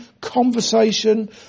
conversation